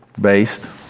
based